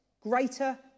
greater